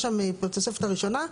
יש שם את התוספת הראשונה.